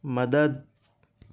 مدد